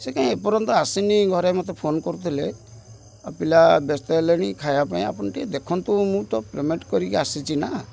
ସେ କାହିଁ ଏପର୍ଯ୍ୟନ୍ତ ଆସିନି ଘରେ ମୋତେ ଫୋନ୍ କରୁଥିଲେ ଆଉ ପିଲା ବ୍ୟସ୍ତ ହେଲେଣି ଖାଇବା ପାଇଁ ଆପଣ ଟିକେ ଦେଖନ୍ତୁ ମୁଁ ତ ପେମେଣ୍ଟ କରିକି ଆସିଛି ନା